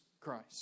Christ